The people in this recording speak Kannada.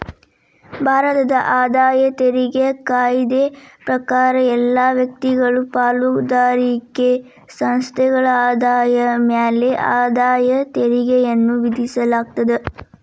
ಭಾರತದ ಆದಾಯ ತೆರಿಗೆ ಕಾಯ್ದೆ ಪ್ರಕಾರ ಎಲ್ಲಾ ವ್ಯಕ್ತಿಗಳು ಪಾಲುದಾರಿಕೆ ಸಂಸ್ಥೆಗಳ ಆದಾಯದ ಮ್ಯಾಲೆ ಆದಾಯ ತೆರಿಗೆಯನ್ನ ವಿಧಿಸಲಾಗ್ತದ